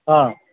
ಹಾಂ